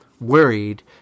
worried